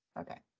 okay